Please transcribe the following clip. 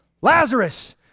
Lazarus